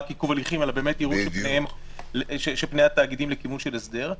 רק עיכוב הליכים אלא באמת יראו שפני התאגידים לכיוון של הסדר.